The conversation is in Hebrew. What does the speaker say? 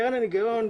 קרן הניקיון,